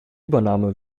übernahme